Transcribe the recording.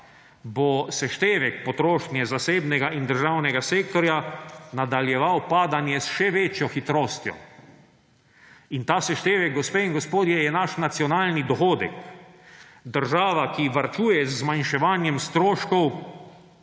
bo seštevek potrošnje zasebnega in državnega sektorja nadaljeval padanje s še večjo hitrostjo. In ta seštevek, gospe in gospodje, je naš nacionalni dohodek. Država, ki varčuje z zmanjševanjem stroškov,